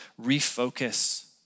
refocus